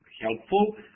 helpful